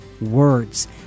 words